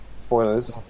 spoilers